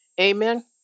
Amen